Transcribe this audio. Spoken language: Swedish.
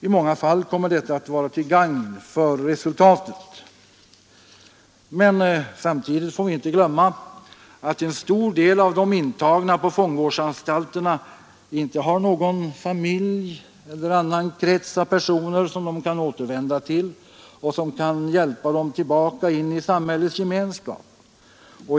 I många fall kommer detta att vara till gagn för resultatet. Men vi får inte glömma att en stor del av de intagna på fångvårdsanstalterna inte har någon familj eller annan krets av personer som de kan återvända till och som kan hjälpa dem tillbaka in i samhällets gemenskap.